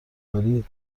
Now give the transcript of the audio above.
داری